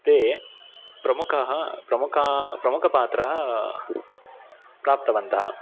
ते प्रमुखः प्रमुखा प्रमुखपात्रः प्राप्तवन्तः